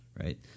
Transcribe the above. right